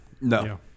No